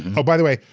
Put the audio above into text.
oh, by the way,